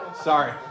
sorry